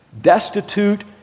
destitute